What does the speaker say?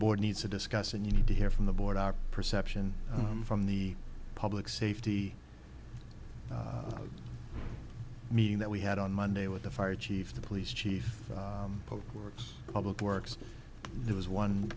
board needs to discuss and you need to hear from the board our perception from the public safety meeting that we had on monday with the fire chief the police chief public works public works it was one